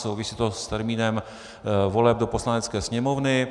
Souvisí to s termínem voleb do Poslanecké sněmovny.